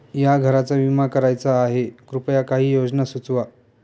या घराचा विमा करायचा आहे कृपया काही योजना सुचवा